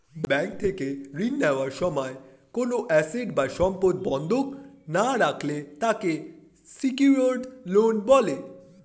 bank থেকে ঋণ নেওয়ার সময় কোনো অ্যাসেট বা সম্পদ বন্ধক না রাখলে তাকে সিকিউরড লোন বলে